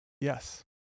Yes